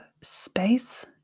space